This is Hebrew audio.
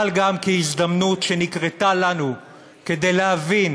אבל גם כהזדמנות שנקרתה לנו כדי להבין